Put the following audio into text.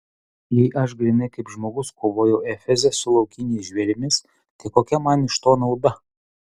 jei aš grynai kaip žmogus kovojau efeze su laukiniais žvėrimis tai kokia man iš to nauda